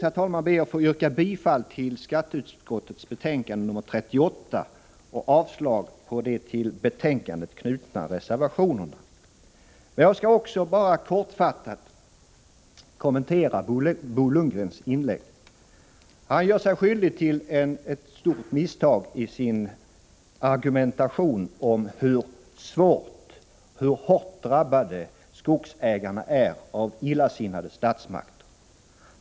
Jag ber härmed att få yrka bifall till skatteutskottets betänkande 38 och avslag på de till betänkandet knutna reservationerna. Jag vill sedan kortfattat kommentera Bo Lundgrens inlägg. Han gör sig skyldig till ett stort misstag i sin argumentation om hur hårt drabbade skogsägarna är av illasinnade statsmakter.